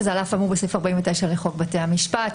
שזה על אף האמור לסעיף 49 לחוק בתי המשפט.